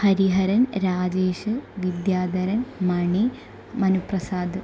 Hariharan Rajesh Vidyadharan Mani Manuprasad